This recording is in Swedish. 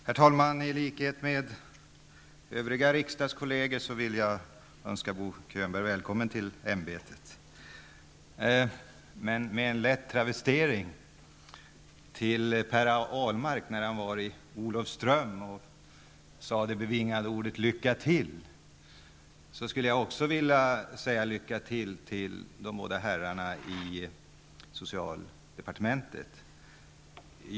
Herr talman! I likhet med övriga riksdagskolleger vill jag önska Bo Könberg välkommen till ämbetet. Med en lätt travestering på vad Per Ahlmark sade när han var i Olofström, nämligen det bevingade ''Lycka till! '', skulle även jag vilja säga lycka till till de båda herrarna i socialdepartementet.